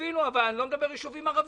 ואני לא מדבר על יישובים ערביים.